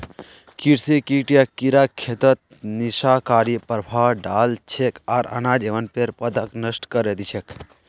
कृषि कीट या कीड़ा खेतत विनाशकारी प्रभाव डाल छेक आर अनाज एवं पेड़ पौधाक नष्ट करे दी छेक